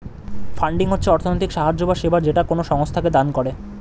funding হচ্ছে অর্থনৈতিক সাহায্য বা সেবা যেটা কোনো সংস্থাকে দান করে